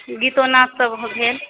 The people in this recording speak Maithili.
गीतो नाद सब भेल